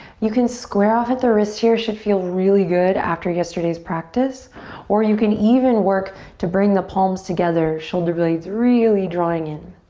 you can square off at the wrist here. should feel really good after yesterday's practice or you can even work to bring the palms together shoulder blades really drawing in.